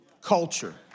culture